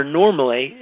normally